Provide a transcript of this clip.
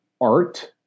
art